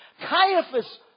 Caiaphas